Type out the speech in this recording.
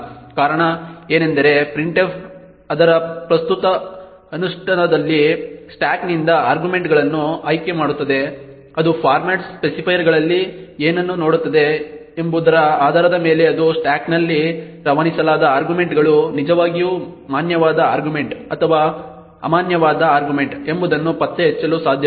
ಕಾರಣ ಏನೆಂದರೆ printf ಅದರ ಪ್ರಸ್ತುತ ಅನುಷ್ಠಾನದಲ್ಲಿ ಸ್ಟಾಕ್ನಿಂದ ಆರ್ಗ್ಯುಮೆಂಟ್ಗಳನ್ನು ಆಯ್ಕೆಮಾಡುತ್ತದೆ ಅದು ಫಾರ್ಮ್ಯಾಟ್ ಸ್ಪೆಸಿಫೈಯರ್ ಗಳಲ್ಲಿ ಏನನ್ನು ನೋಡುತ್ತದೆ ಎಂಬುದರ ಆಧಾರದ ಮೇಲೆ ಅದು ಸ್ಟಾಕ್ನಲ್ಲಿ ರವಾನಿಸಲಾದ ಆರ್ಗ್ಯುಮೆಂಟ್ಗಳು ನಿಜವಾಗಿಯೂ ಮಾನ್ಯವಾದ ಆರ್ಗ್ಯುಮೆಂಟ್ ಅಥವಾ ಅಮಾನ್ಯವಾದ ಆರ್ಗ್ಯುಮೆಂಟ್ ಎಂಬುದನ್ನು ಪತ್ತೆಹಚ್ಚಲು ಸಾಧ್ಯವಿಲ್ಲ